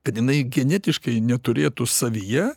kad jinai genetiškai neturėtų savyje